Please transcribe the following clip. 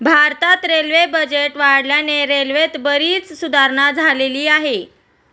भारतात railway budget वाढल्याने रेल्वेत बरीच सुधारणा झालेली आहे